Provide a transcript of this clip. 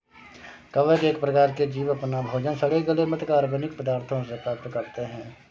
कवक एक प्रकार के जीव अपना भोजन सड़े गले म्रृत कार्बनिक पदार्थों से प्राप्त करते हैं